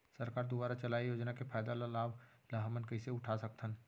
सरकार दुवारा चलाये योजना के फायदा ल लाभ ल हमन कइसे उठा सकथन?